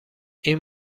این